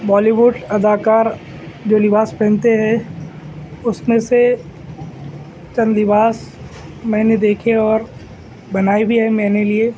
بالی would اداکار جو لباس پہنتے ہے اس میں سے چند لباس میں نے دیکھے اور بنائے بھی ہے میں نے لیے